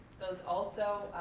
those also,